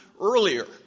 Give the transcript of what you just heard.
earlier